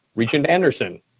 regent anderson?